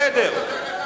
בסדר.